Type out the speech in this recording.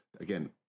again